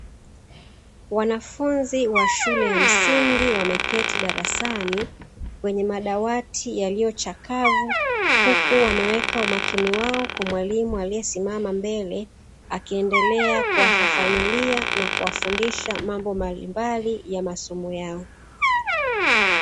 Wanafunzi wa shule ya msingi, wameketi darasani kwenye madawati yaliyochakavu, Huku wameweka umakini wao kwa mwalimu aliyesimama mbele akiendelea kuwafafanulia na kuwafundisha mambo mbalimbali ya masomo yao.